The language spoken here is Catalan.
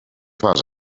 fas